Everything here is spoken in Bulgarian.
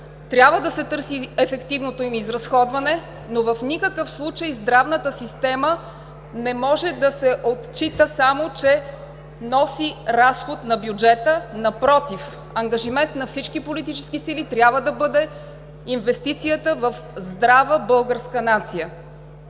Трябва да се търси ефективното им изразходване, но в никакъв случай здравната система не може да се отчита само, че носи разход на бюджета. Напротив, ангажимент на всички политически сили трябва да бъде инвестицията в здрава българска нация.